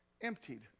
Emptied